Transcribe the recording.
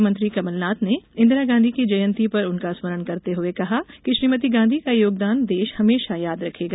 मुख्यमंत्री कमलनाथ ने इंदिरा गांधी की जयंती पर उनका स्मरण करते हुये कहा कि श्रीमती गांधी का योगदान देश हमेशा याद रखेगा